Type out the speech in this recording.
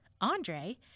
Andre